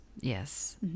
Yes